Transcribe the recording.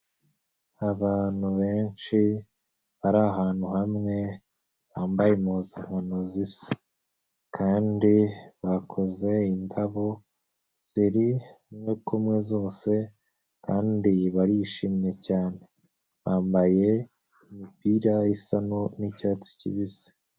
Abantu benshi bari ahantu hamwe, bambaye impuzankano zisa, kandi bakoze indabo, ziri muriku zose, kandi barishimye cyane, bambaye imipira isa n'icyatsi kibisi.